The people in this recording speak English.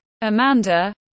Amanda